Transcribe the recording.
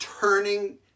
turning